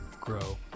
grow